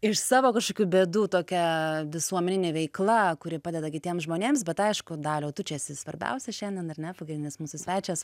iš savo kažkokių bėdų tokia visuomeninė veikla kuri padeda kitiems žmonėms bet aišku daliau tu čia esi svarbiausias šiandien ar ne pagrindinis mūsų svečias